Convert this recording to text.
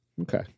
Okay